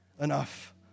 enough